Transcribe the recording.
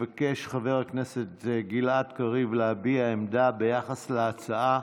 מבקש חבר הכנסת קריב להביע עמדה ביחס להצעה.